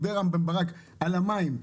רם בן ברק דיבר על המים.